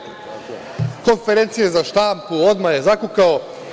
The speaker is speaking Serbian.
Konferencije za štampu, odmah je zakukao.